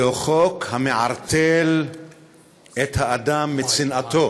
זהו חוק המערטל את האדם מצנעתו.